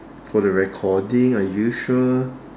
for the recording are you sure